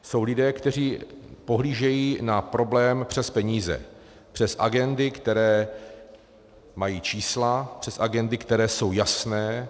Jsou to lidé, kteří pohlížejí na problém přes peníze, přes agendy, které mají čísla, přes agendy, které jsou jasné.